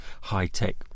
high-tech